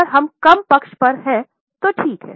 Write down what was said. अगर हम कम पक्ष पर है तो ठीक है